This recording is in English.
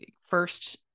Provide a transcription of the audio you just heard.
first